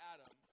Adam